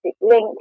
link